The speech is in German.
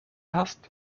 hast